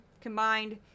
combined